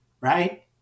right